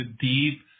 deep